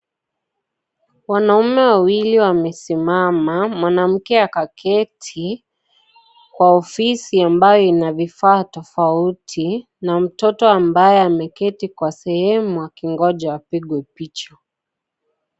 Wanaume wawili wamesimama , mwanamke akaketi kwa ofisi ambayo ina vifaa tofauti na mtoto ambaye ameketi kwa sehemu akingoja apigwe picha.